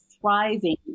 thriving